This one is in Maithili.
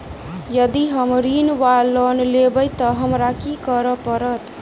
यदि हम ऋण वा लोन लेबै तऽ हमरा की करऽ पड़त?